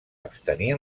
abstenir